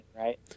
right